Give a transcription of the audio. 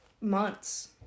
months